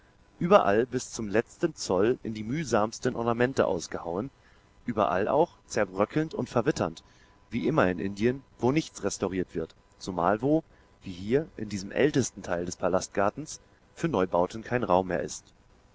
überall bis zum letzten zoll in die mühsamsten ornamente ausgehauen überall auch zerbröckelnd und verwitternd wie immer in indien wo nichts restauriert wird zumal wo wie hier in diesem ältesten teil des palastgartens für neubauten kein raum mehr ist